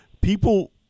people